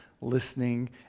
listening